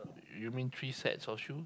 you mean three sets of shoe